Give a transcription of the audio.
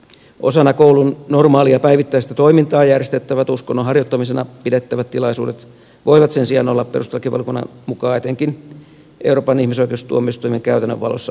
osana koulun normaalia päivittäistä toimintaa järjestettävät uskonnon harjoittamisena pidettävät tilaisuudet voivat sen sijaan olla perustuslakivaliokunnan mukaan etenkin euroopan ihmisoikeustuomioistuimen käytännön valossa ongelmallisia